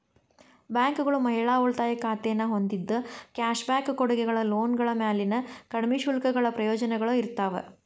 ಬ್ಯಾಂಕ್ಗಳು ಮಹಿಳಾ ಉಳಿತಾಯ ಖಾತೆನ ಹೊಂದಿದ್ದ ಕ್ಯಾಶ್ ಬ್ಯಾಕ್ ಕೊಡುಗೆಗಳ ಲೋನ್ಗಳ ಮ್ಯಾಲಿನ ಕಡ್ಮಿ ಶುಲ್ಕಗಳ ಪ್ರಯೋಜನಗಳ ಇರ್ತಾವ